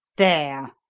there!